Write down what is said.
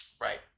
Right